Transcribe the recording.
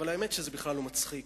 אבל האמת שזה בכלל לא מצחיק.